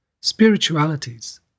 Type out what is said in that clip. spiritualities